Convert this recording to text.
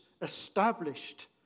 established